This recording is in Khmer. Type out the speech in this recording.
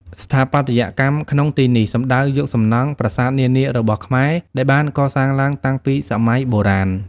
ស្ថាបត្យកម្មក្នុងទីនេះសំដៅយកសំណង់ ប្រាសាទនានារបស់ខ្មែរដែលបានកសាងឡើងតាំងពីសម័យ បុរាណ។